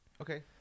Okay